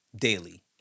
Daily